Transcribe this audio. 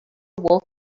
wolf